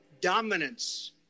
dominance